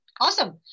Awesome